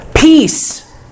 Peace